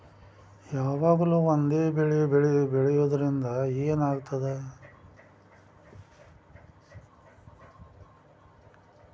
ಯಾವಾಗ್ಲೂ ಒಂದೇ ಬೆಳಿ ಬೆಳೆಯುವುದರಿಂದ ಏನ್ ಆಗ್ತದ?